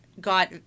got